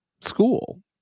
school